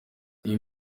iyi